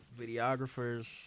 videographers